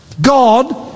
God